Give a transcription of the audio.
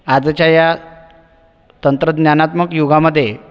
आजच्या या तंत्रज्ञानात्मक युगामध्ये